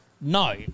No